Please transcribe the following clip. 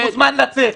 הוא מוזמן לצאת.